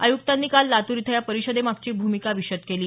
आयुक्तांनी काल लातूर इथं या परिषदेमागची भूमिका विषद केली